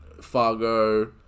Fargo